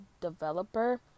developer